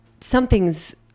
something's